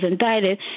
indicted